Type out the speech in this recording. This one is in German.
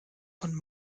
von